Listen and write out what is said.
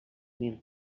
mil